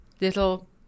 little